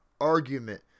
argument